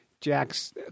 Jack's